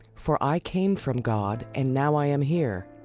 for i came from god and now i am here.